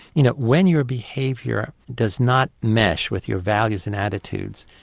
you know, when your behaviour does not mesh with your values and attitudes,